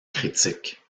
critique